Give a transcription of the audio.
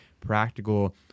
practical